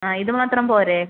ആ ഇത് മാത്രം പോരെ